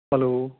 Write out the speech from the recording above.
hello